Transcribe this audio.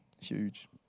huge